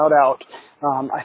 shout-out